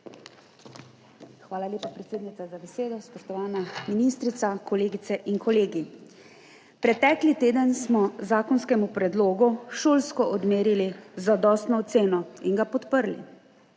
Hvala lepa, predsednica, za besedo. Spoštovana ministrica, kolegice in kolegi! Pretekli teden smo zakonskemu predlogu šolsko odmerili zadostno oceno in ga podprli.